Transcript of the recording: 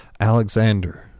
Alexander